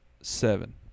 seven